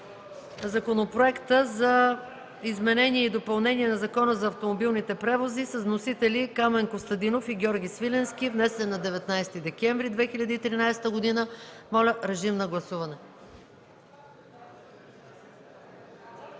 Законопроекта за изменение и допълнение на Закона за автомобилните превози с вносители Камен Костадинов и Георги Свиленски, внесен на 19 декември 2013 г. Моля, гласувайте.